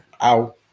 ow